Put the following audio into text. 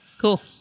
cool